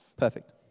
perfect